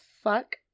fuck